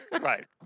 Right